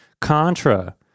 Contra